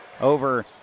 over